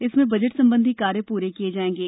इसमें बजट संबंधी कार्य पूर्ण किए जाएंगे